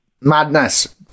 Madness